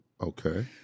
Okay